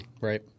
Right